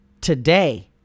today